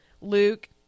Luke